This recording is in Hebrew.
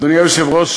אדוני היושב-ראש,